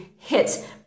hit